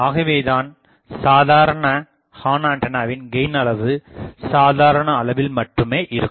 ஆகவேதான் சாதாரண ஹார்ன்ஆண்டனாவின் கெயின் அளவு சாதாரண அளவில் மட்டுமே இருக்கும்